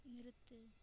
நிறுத்து